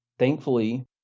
Thankfully